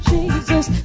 Jesus